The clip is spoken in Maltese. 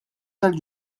tal